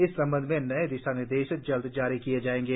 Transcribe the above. इस संबंध में नए दिशानिर्देश जल्द जारी किए जाएंगे